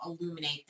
illuminate